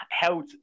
held